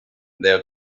their